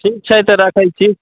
ठीक छै तऽ राखैत छी